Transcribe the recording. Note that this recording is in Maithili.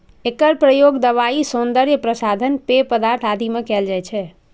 एकर प्रयोग दवाइ, सौंदर्य प्रसाधन, पेय पदार्थ आदि मे कैल जाइ छै